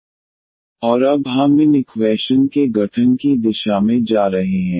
और अब हम इन डिफ़्रेंशियल इक्वैशन के गठन की दिशा में जा रहे हैं